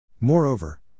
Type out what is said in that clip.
Moreover